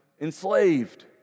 enslaved